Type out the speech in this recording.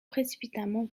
précipitamment